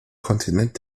kontinent